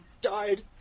died